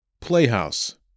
Playhouse